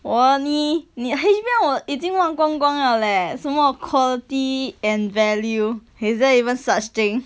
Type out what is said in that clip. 我你你还让我已经忘光光了 leh 什么 quality and value is there even such thing